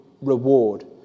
reward